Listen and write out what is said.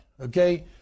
okay